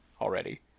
already